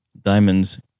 diamonds